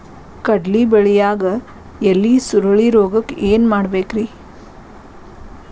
ಕಡ್ಲಿ ಬೆಳಿಯಾಗ ಎಲಿ ಸುರುಳಿರೋಗಕ್ಕ ಏನ್ ಮಾಡಬೇಕ್ರಿ?